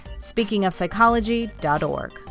speakingofpsychology.org